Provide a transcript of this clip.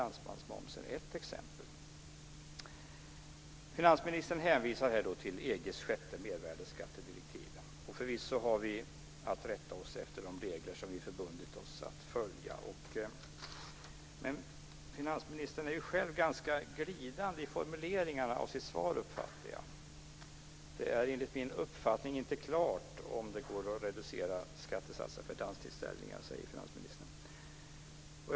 Dansbandsmomsen är ett exempel på detta. Finansministern hänvisar till EG:s sjätte mervärdesskattedirektiv, och förvisso har vi att rätta oss efter de regler som vi förbundit oss att följa. Jag uppfattar dock att finansministern själv är ganska glidande i formuleringarna i sitt svar. Det är enligt min uppfattning inte klart om det går att reducera skattesatsen för danstillställningar, säger finansministern.